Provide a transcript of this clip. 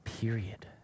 period